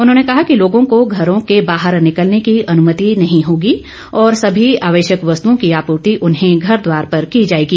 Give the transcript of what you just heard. उन्होंने कहा कि लोगों को घरों के बाहर निकलने की अनुमति नहीं होगी और सभी आवश्यक वस्तुओं की आपूर्ति उन्हें घर द्वार पर की जाएगी